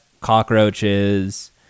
cockroaches